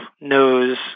knows